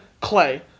Clay